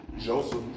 Joseph